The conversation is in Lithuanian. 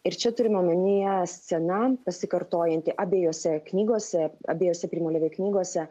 ir čia turima omenyje scena pasikartojanti abiejose knygose abiejose primo levi knygose